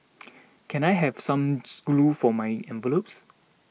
can I have some glue for my envelopes